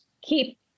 keep